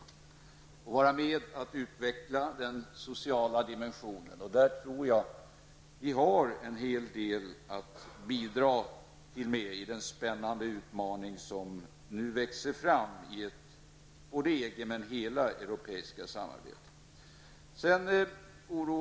Vi vill vara med och utveckla den sociala dimensionen, och där tror jag att vi har en hel del att bidra med i den spännande utmaning som det nu är fråga om i hela det europeiska samarbetet.